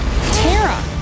Tara